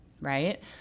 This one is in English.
Right